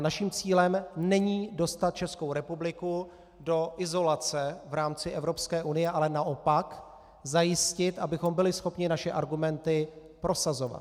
Naším cílem není dostat Českou republiku do izolace v rámci Evropské unie, ale naopak zajistit, abychom byli schopni naše argumenty prosazovat.